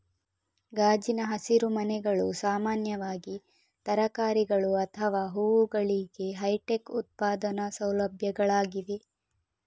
ಗಾಜಿನ ಹಸಿರುಮನೆಗಳು ಸಾಮಾನ್ಯವಾಗಿ ತರಕಾರಿಗಳು ಅಥವಾ ಹೂವುಗಳಿಗೆ ಹೈಟೆಕ್ ಉತ್ಪಾದನಾ ಸೌಲಭ್ಯಗಳಾಗಿವೆ